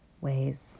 ways